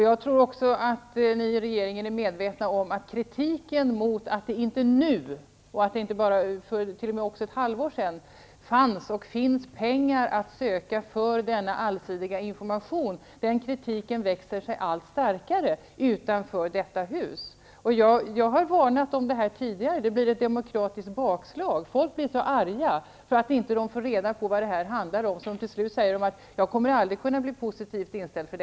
Jag tror också att regeringen är medveten om kritiken mot att det inte nu finns, och t.o.m. för ett halvår sedan fanns, pengar att söka för att få denna allsidiga information. Den kritiken växer sig allt starkare utanför detta hus. Jag har varnat om detta tidigare. Det blir ett demokratiskt bakslag. Folk blir så arga när de inte får reda på vad det här handlar om, att de till slut säger att de aldrig kan bli positivt inställda.